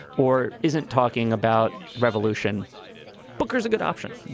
or isn't talking about revolution booker's a good option?